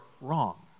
wrong